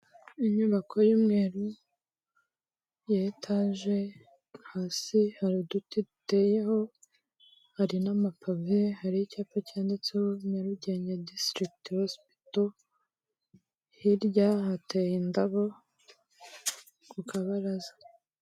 Inyubako y'umweru ya etage, hasi hari uduti duteyeho hari n'amapave, hari icyapa cyanditseho Nyarugenge District Hospital, hirya hateye indabo ku kabaraza.